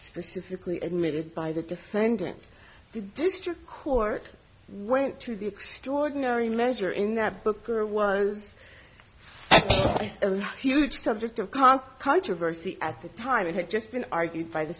specifically admitted by the defendant district court whent to the extraordinary measure in that book or was huge subject of const controversy at the time it had just been argued by the